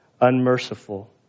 unmerciful